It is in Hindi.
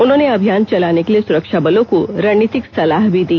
उन्होंने अभियान चलाने के लिए सुरक्षा बलों को रणनीतिक सलाह भी दी